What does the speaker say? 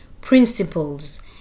principles